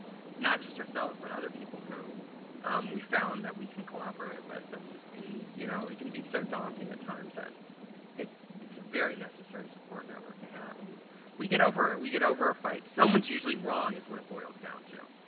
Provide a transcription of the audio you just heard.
not just ourselves, but other people who we found that we can collaborate with. and and you know it can be so daunting at times that it's a very necessary support network to have. and we get over it. we get over our fights. someone's usually wrong, is what it boils down to.